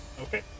Okay